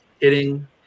hitting